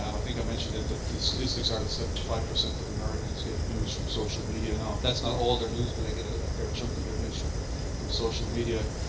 i think i mentioned it that the statistics are that seventy five percent of americans get news social media now. that's not all their news, but they get a fair chunk of their news from from social media.